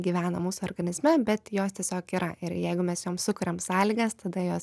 gyvena mūsų organizme bet jos tiesiog yra ir jeigu mes jom sukuriam sąlygas tada jos